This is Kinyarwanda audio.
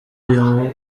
uyu